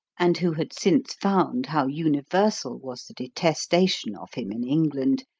and who had since found how universal was the detestation of him in england,